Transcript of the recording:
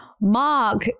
Mark